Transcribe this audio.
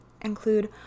include